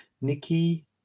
Nikki